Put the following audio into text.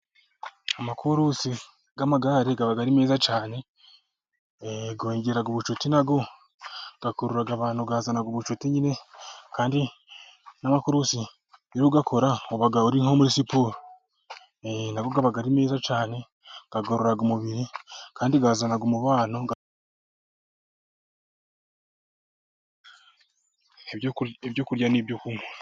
Amakurusi y'amagare aba ari meza cyane. Yongera ubucuti na yo, akurura abantu. Azana ubucuti nyine kandi n'abakurusi rero, uyakora aba ari muri siporo. Eeee, na yo aba ari meza cyane . Agorora umubiri kandi azana umubano ... Ibyo kurya n'ibyo kunywa.